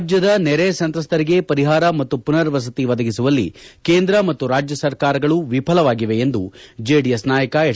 ರಾಜ್ಯದ ನೆರೆ ಸಂತ್ರಸ್ತರಿಗೆ ಪರಿಹಾರ ಮತ್ತು ಪುನರ್ವಸತಿ ಒದಗಿಸುವಲ್ಲಿ ಕೇಂದ್ರ ಮತ್ತು ರಾಜ್ಯ ಸರ್ಕಾರಗಳು ವಿಫಲವಾಗಿವೆ ಎಂದು ಜೆಡಿಎಸ್ ನಾಯಕ ಎಚ್